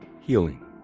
healing